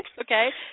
Okay